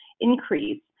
increase